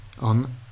on